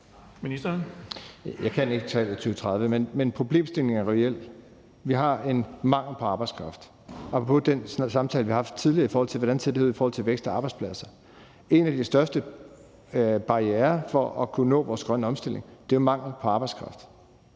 Jeg kan ikke tallet for 2030, men problemstillingen er reel; vi har en mangel på arbejdskraft. Apropos den samtale, vi har haft tidligere, i forhold til hvordan det her ser ud i forhold til vækst og arbejdspladser, vil jeg sige: En af de største barrierer for at kunne nå vores grønne omstilling er mangel på arbejdskraft,